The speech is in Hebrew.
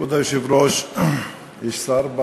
כבוד היושב-ראש, יש שר?